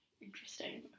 Interesting